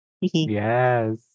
yes